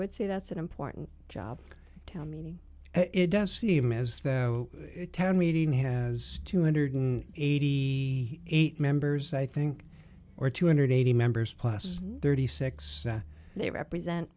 would say that's an important job town meeting it does seem as though town meeting has two hundred and eighty eight members i think or two hundred and eighty members plus thirty six they represent